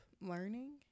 learning